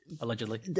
allegedly